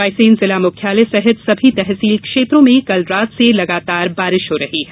रायसेन जिला मुख्यालय सहित सभी तहसील क्षेत्रों में कल रात से लगातार बारिश हो रही है